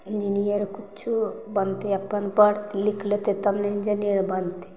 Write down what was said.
engineer किछो बनतै अपन पढ़ लिख लेतै तब ने इंजीनियर बनतै